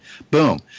Boom